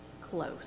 close